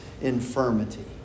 infirmity